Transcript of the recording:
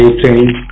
training